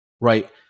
right